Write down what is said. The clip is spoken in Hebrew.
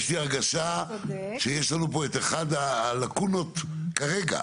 יש לי הרגשה שיש לנו פה את אחת הלקונות כרגע,